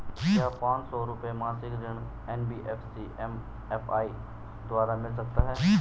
क्या पांच सौ रुपए मासिक ऋण एन.बी.एफ.सी एम.एफ.आई द्वारा मिल सकता है?